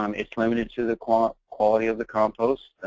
um it's limited to the quality quality of the compost.